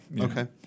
Okay